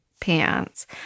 pants